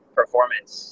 performance